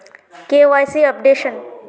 KYC updation?